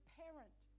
parent